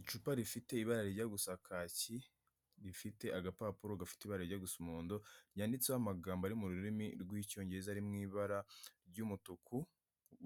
Icupa rifite ibara ryo gusa kaki rifite agapapuro gafite ibara ryo gusa umuhondo, ryanditseho amagambo ari mu rurimi rw'Icyongereza ari mu ibara ry'umutuku